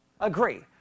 agree